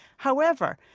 however,